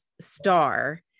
star